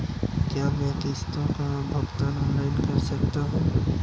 क्या मैं किश्तों का भुगतान ऑनलाइन कर सकता हूँ?